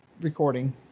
recording